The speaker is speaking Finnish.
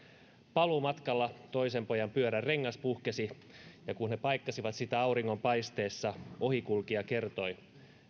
paluumatkalla toisen pojan pyörän rengas puhkesi ja kun he paikkasivat sitä auringonpaisteessa ohikulkija kertoi